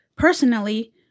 personally